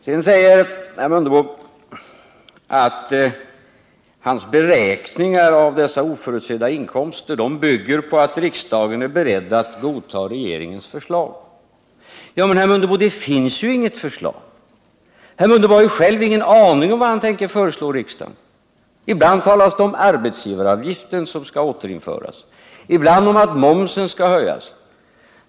Herr Mundebo säger att hans beräkningar av dessa oförutsedda inkomster bygger på att riksdagen är beredd att godta regeringens förslag. Men, herr Mundebo, det finns ju inget förslag! Herr Mundebo har själv ingen aning om vad han tänker föreslå riksdagen. Ibland talas det om att återinföra arbetsgivaravgiften, och ibland om att momsen skall höjas.